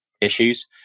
issues